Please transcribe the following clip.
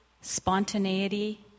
spontaneity